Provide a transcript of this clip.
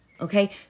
Okay